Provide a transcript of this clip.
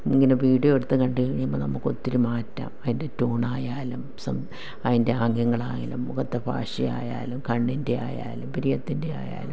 ഇങ്ങനെ വീഡിയോ എടുത്തു കണ്ടു കഴിയുമ്പോൾ നമുക്കൊത്തിരി മാറ്റം അതിൻ്റെ ടൂണായാലും അതിൻ്റെ ആംഗ്യങ്ങളായാലും മുഖത്തെ ഭാഷയായാലും കണ്ണിൻ്റെ ആയാലും പുരികത്തിൻ്റെ ആയാലും